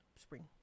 Spring